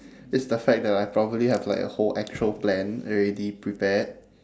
is the fact that I probably have like a whole actual plan already prepared